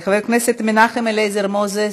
חבר הכנסת מנחם אליעזר מוזס,